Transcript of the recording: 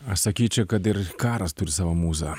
aš sakyčiau kad ir karas turi savo mūzą